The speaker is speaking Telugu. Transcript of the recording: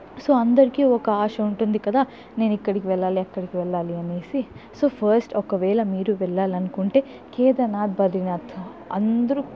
సో అందరికీ ఒక ఆశ ఉంటుంది కదా నేను ఇక్కడికి వెళ్ళాలి అక్కడికి వెళ్ళాలనేసి సో ఫస్ట్ ఒకవేళ మీరు వెళ్లాలనుకుంటే కేదర్నాథ్ బద్రీనాథ్ అందరూ